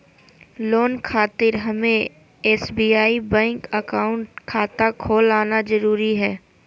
Loan खातिर हमें SBI bank account खाता खोल आना जरूरी है?